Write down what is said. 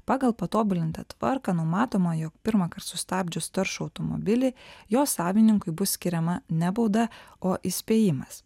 pagal patobulintą tvarką numatoma jog pirmąkart sustabdžius taršų automobilį jo savininkui bus skiriama ne bauda o įspėjimas